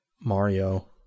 Mario